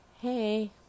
hey